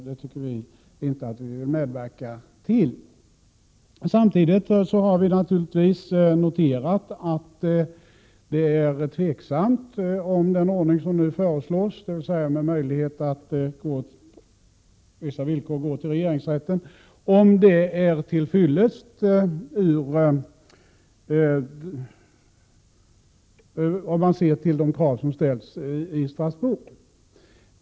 Det tycker vi inte att vi vill medverka till. Samtidigt har vi naturligtvis noterat att det är tveksamt om den ordning som nu föreslås, dvs. med möjlighet att på vissa villkor gå till regeringsrätten, är till fyllest om man ser till de krav som ställs i Strasbourg.